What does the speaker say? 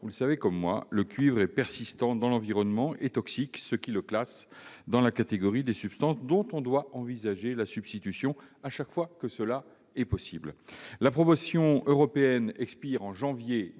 vous le savez comme moi, le cuivre est persistant dans l'environnement et toxique, ce qui le classe dans la catégorie des substances dont on doit envisager la substitution chaque fois que c'est possible. L'approbation européenne expire en janvier 2019.